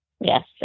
Yes